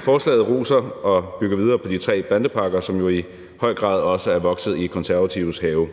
Forslaget roser og bygger videre på de tre bandepakker, som jo i høj grad også er vokset i Konservatives have.